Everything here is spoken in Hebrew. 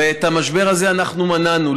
ואת המשבר הזה אנחנו מנענו.